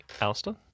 Alistair